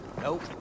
Nope